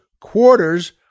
quarters